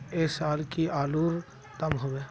ऐ साल की आलूर र दाम होबे?